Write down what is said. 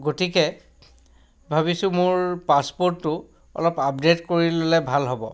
গতিকে ভাবিছোঁ মোৰ পাছপৰ্টটো অলপ আপডেট কৰি ল'লে ভাল হ'ব